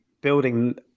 building